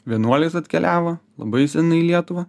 vienuoliais atkeliavo labai senai į lietuvą